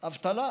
אבטלה,